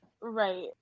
Right